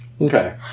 Okay